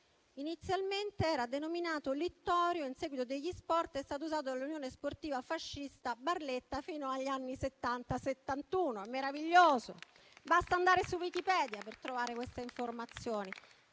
Inizialmente era denominato "Littorio", in seguito "degli Sports" ed è stato usato dall'Unione sportiva fascista Barletta fino agli anni Settanta. È meraviglioso. Basta andare su Wikipedia per trovare queste informazioni.